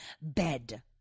bed